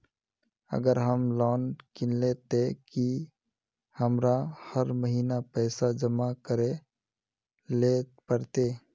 अगर हम लोन किनले ते की हमरा हर महीना पैसा जमा करे ले पड़ते?